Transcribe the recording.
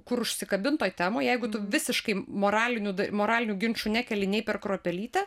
kur užsikabint toj temoj jeigu tu visiškai moralinių moralinių ginčų nekeli nei per kruopelytę